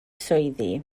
swyddi